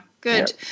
Good